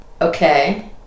okay